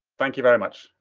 thank you very much.